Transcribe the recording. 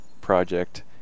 project